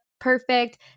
perfect